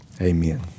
Amen